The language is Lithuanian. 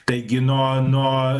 taigi nuo nuo